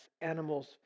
animals